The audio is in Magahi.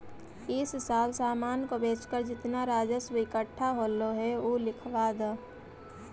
इस साल सामान को बेचकर जितना राजस्व इकट्ठा होलो हे उ लिखवा द